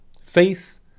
Faith